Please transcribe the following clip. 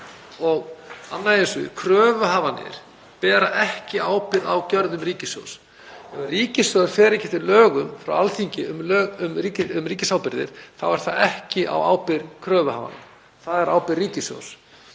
Annað í þessu: Kröfuhafarnir bera ekki ábyrgð á gjörðum ríkissjóðs. Ef ríkissjóður fer ekki eftir lögum frá Alþingi um ríkisábyrgðir þá er það ekki á ábyrgð kröfuhafanna, það er á ábyrgð ríkissjóðs.